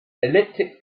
elliptic